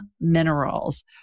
Minerals